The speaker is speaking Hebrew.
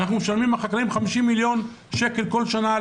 אנחנו החקלאים משלמים 50 מיליון שקל כל שנה על